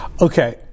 Okay